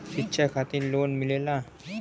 शिक्षा खातिन लोन मिलेला?